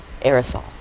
aerosol